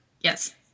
Yes